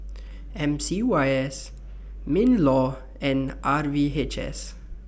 M C Y S MINLAW and R V H S